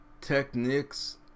Technics